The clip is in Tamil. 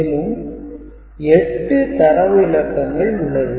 மேலும் 8 தரவு இலக்கங்கள் உள்ளது